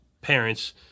parents